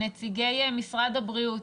נציגי משרד הבריאות,